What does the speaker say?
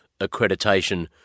accreditation